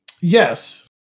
Yes